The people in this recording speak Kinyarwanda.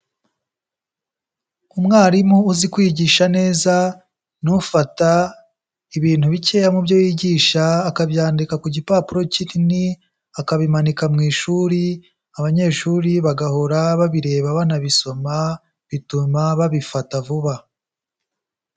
Umwarimu uzi kwigisha neza ni ufata ibintu bikeya mu byo yigisha akabyandika ku gipapuro kinini, akabimanika mu ishuri abanyeshuri bagahora babireba banabisoma bituma babifata vuba.